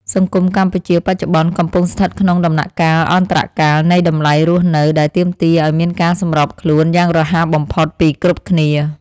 សង្គមកម្ពុជាបច្ចុប្បន្នកំពុងស្ថិតក្នុងដំណាក់កាលអន្តរកាលនៃតម្លៃរស់នៅ ដែលទាមទារឱ្យមានការសម្របខ្លួនយ៉ាងរហ័សបំផុតពីគ្រប់គ្នា។